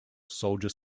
soldier